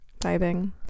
diving